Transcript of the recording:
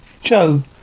Joe